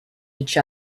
each